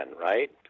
right